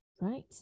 Right